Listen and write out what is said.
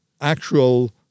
actual